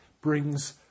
brings